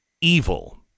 Evil